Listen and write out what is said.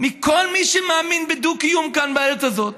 מכל מי שמאמין בדו-קיום כאן בארץ הזאת